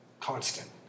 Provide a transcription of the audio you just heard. constant